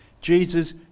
Jesus